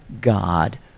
God